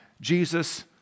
Jesus